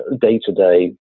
day-to-day